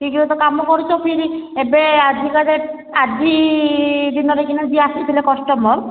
ଠିକ୍ରେ ତ କାମ କରୁଛ ଫିର୍ ଏବେ ଆଜିକା ଡେଟ୍ରେ ଆଜି ଦିନରେ ଯିଏ ଆସିଥିଲେ କଷ୍ଟମର୍